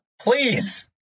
please